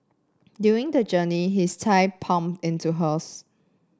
during the journey his thigh bumped into hers